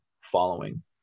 following